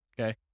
okay